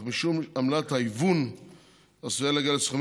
אך משום שעמלת ההיוון עלולה להגיע לסכומים